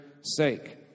sake